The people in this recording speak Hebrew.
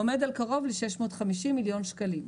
עומד על קרוב ל-650 מיליון שקלים.